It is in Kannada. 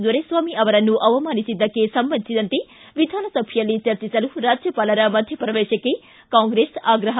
ದೊರೆಸ್ವಾಮಿ ಅವರನ್ನು ಅವಮಾನಿಸಿದಕ್ಕೆ ಸಂಬಂಧಿಸಿದಂತೆ ವಿಧಾನಸಭೆಯಲ್ಲಿ ಚರ್ಚಿಸಲು ರಾಜ್ಯಪಾಲರ ಮಧ್ಯಪ್ರವೇಶಕ್ಕೆ ಕಾಂಗ್ರೆಸ್ ಆಗ್ರಹ